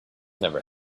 never